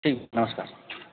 ठीक नमस्कार